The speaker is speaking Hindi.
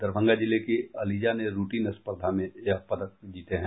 दरभंगा जिले की अलिजा ने रूटीन स्पर्धा में यह पदक जीते हैं